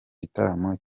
gitaramo